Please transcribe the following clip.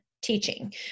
teaching